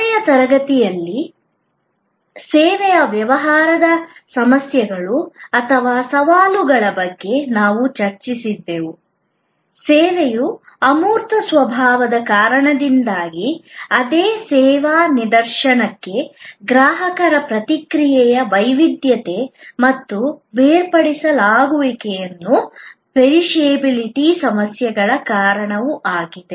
ಕೊನೆಯ ತರಗತಿಯಲ್ಲಿ ಸೇವೆಯ ವ್ಯವಹಾರದ ಸಮಸ್ಯೆಗಳು ಅಥವಾ ಸವಾಲುಗಳ ಬಗ್ಗೆ ನಾವು ಚರ್ಚಿಸುತ್ತಿದ್ದೇವೆ ಸೇವೆಯ ಅಮೂರ್ತ ಸ್ವಭಾವದ ಕಾರಣದಿಂದಾಗಿ ಅದೇ ಸೇವಾ ನಿದರ್ಶನಕ್ಕೆ ಗ್ರಾಹಕರ ಪ್ರತಿಕ್ರಿಯೆಯ ವೈವಿಧ್ಯತೆ ಮತ್ತು ಬೇರ್ಪಡಿಸಲಾಗದಿರುವಿಕೆ ಮತ್ತು ಪೆರಿಶಬಿಲಿಟಿ ಸಮಸ್ಯೆಗಳ ಕಾರಣ ಆಗಿದೆ